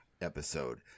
episode